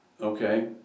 Okay